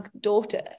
daughter